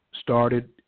started